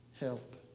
help